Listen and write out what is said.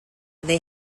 they